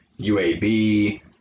UAB